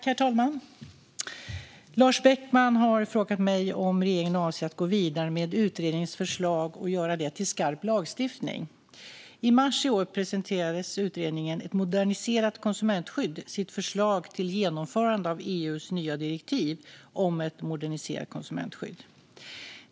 Herr talman! har frågat mig om regeringen avser att gå vidare med utredningens förslag och göra det till skarp lagstiftning. I mars i år presenterade utredningen Ett moderniserat konsumentskydd sitt förslag till genomförande av EU:s nya direktiv om ett moderniserat konsumentskydd.